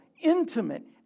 intimate